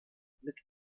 mit